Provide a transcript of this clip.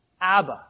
Abba